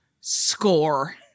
score